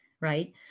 Right